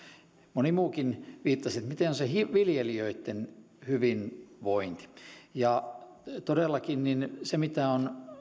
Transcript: moni muukin viittasi että miten on se viljelijöitten hyvinvointi todellakin se mitä on